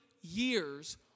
years